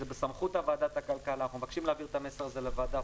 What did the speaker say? זה בסמכות ועדת הכלכלה ואנחנו מבקשים להעביר את המסר הזה לוועדה,